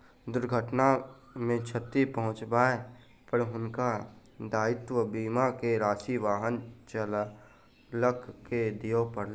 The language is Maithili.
दुर्घटना मे क्षति पहुँचाबै पर हुनका दायित्व बीमा के राशि वाहन चालक के दिअ पड़लैन